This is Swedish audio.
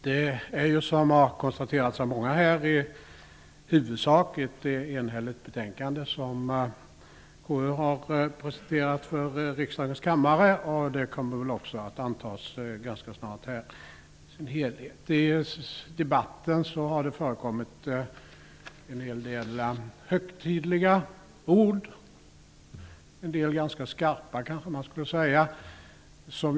Fru talman! Som många har konstaterat är det ett i huvudsak enhälligt betänkande som KU har presenterat för riksdagens kammare. Det kommer väl också att antas ganska snart i sin helhet. Det har förekommit en hel del högtidliga ord i debatten, och en del har kanske varit ganska skarpa.